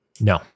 no